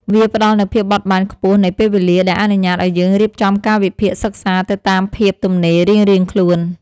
វាផ្ដល់នូវភាពបត់បែនខ្ពស់នៃពេលវេលា ដែលអនុញ្ញាតឱ្យយើងរៀបចំកាលវិភាគសិក្សាទៅតាមភាពទំនេររៀងៗខ្លួន។